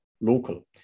local